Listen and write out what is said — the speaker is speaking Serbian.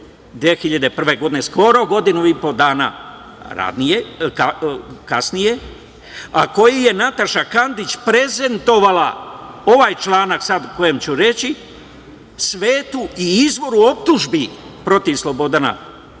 2001. godine, skoro godinu i po dana kasnije, a koji je Nataša Kandić prezentovala, ovaj član sada o kojem ću reći, svetu i izvoru optužbi protiv Slobodana